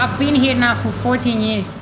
ah been here now for fourteen years.